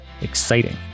Exciting